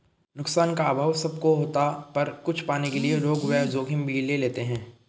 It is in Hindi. नुकसान का अभाव सब को होता पर कुछ पाने के लिए लोग वो जोखिम भी ले लेते है